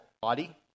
Body